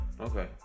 Okay